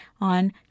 on